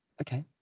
okay